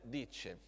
dice